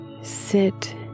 Sit